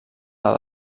les